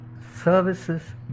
Services